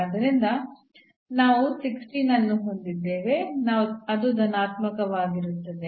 ಆದ್ದರಿಂದ ನಾವು 16 ಅನ್ನು ಹೊಂದಿದ್ದೇವೆ ಅದು ಧನಾತ್ಮಕವಾಗಿರುತ್ತದೆ